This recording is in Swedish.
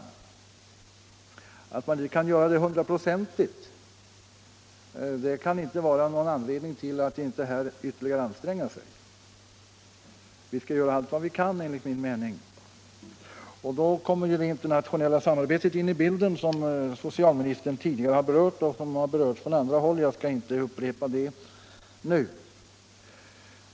Det förhållandet att man inte kan göra det hundraprocentigt kan inte vara någon anledning till att inte här ytterligare anstränga sig. Vi skall göra allt vi kan enligt min mening, och då kommer det internationella samarbetet in i bilden. som socialministern tidigare har berört och som också har berörts från andra håll. Jag skall inte upprepa det nu.